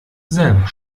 selber